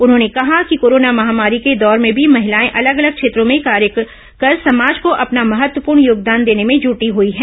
उन्होंने कहा कि कोरोना महामारी के दौर में भी महिलाएं अलग अलग क्षेत्रों में कार्य कर समाज को अपना महत्वपूर्ण योगदान देने में जूटी हुई है